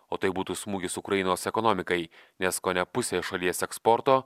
o tai būtų smūgis ukrainos ekonomikai nes kone pusė šalies eksporto